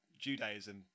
Judaism